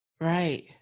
Right